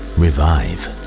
revive